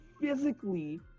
physically